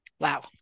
Wow